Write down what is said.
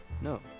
No